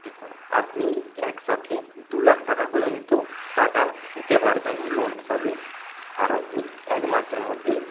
দেখুন আপনি একসাথে দু লাখ টাকা পর্যন্ত টাকা নিতে পারবেন লোন হিসাবে আর আপনি এক মাসের মধ্যে